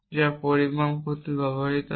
যা পরিমাপ করতে ব্যবহৃত হয়